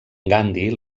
gandhi